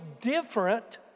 different